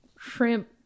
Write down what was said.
shrimp